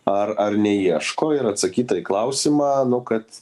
ar ar neieško ir atsakyta į klausimą nu kad